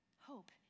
hope